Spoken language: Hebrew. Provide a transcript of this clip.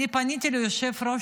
אני פניתי ליושב-ראש,